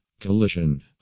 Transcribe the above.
Collision